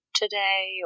today